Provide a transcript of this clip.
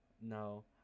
No